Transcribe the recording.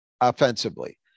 offensively